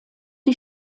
die